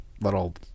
little